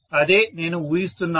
అదే నేను ఊహిస్తున్నాను